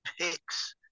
picks